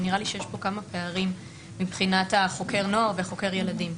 ונראה לי שיש פה כמה פערים מבחינת חוקר הנוער וחוקר הילדים.